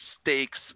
stakes